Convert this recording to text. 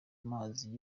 amazi